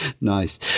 Nice